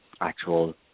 actual